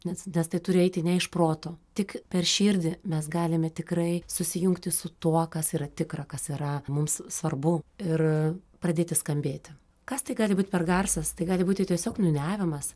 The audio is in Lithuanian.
nes nes tai turi eiti ne iš proto tik per širdį mes galime tikrai susijungti su tuo kas yra tikra kas yra mums svarbu ir pradėti skambėti kas tai gali būt per garsas tai gali būti tiesiog niūniavimas